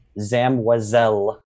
Zamwazel